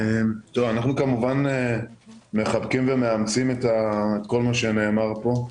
כמובן אנחנו מחבקים ומאמצים את כל מה שנאמר פה.